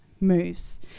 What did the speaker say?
Moves